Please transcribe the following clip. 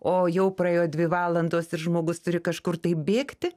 o jau praėjo dvi valandos ir žmogus turi kažkur tai bėgti